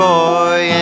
boy